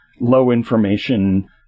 low-information